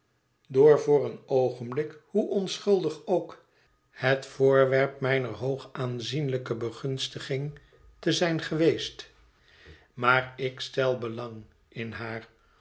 door voor een oogenblik hoe onschuldig ook het voorwerp mijner hoog aanzienlijke begunstiging te zijn geweest maar ik stel belang in haar